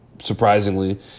surprisingly